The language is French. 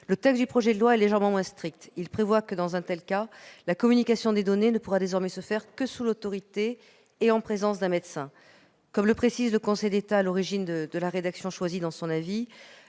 Le texte du projet de loi est légèrement moins strict : il prévoit dans un tel cas que la communication des données ne pourra désormais se faire que « sous l'autorité et en présence d'un médecin ». Comme le précise l'avis du Conseil d'État, qui est à l'origine de la rédaction retenue,